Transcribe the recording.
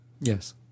Yes